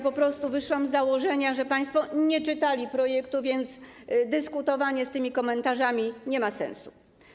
Po prostu wyszłam z założenia, że państwo nie czytali projektu, więc dyskutowanie z tymi komentarzami nie ma sensu.